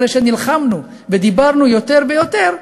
אחרי שנלחמנו ודיברנו יותר ויותר,